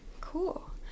Cool